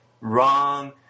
Wrong